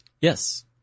Yes